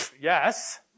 yes